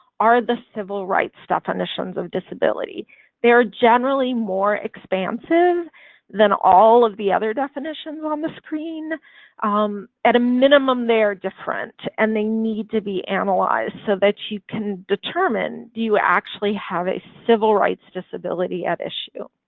are the civil rights definitions of disability they are generally more expansive than all of the other definitions on the screen at a minimum they are different, and they need to be analyzed so that you can determine do you actually have a civil rights disability at issue?